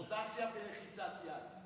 רוטציה בלחיצת יד.